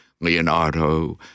Leonardo